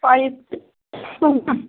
pipe